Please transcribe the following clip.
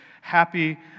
happy